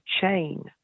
chain